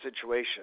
situation